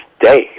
day